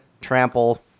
trample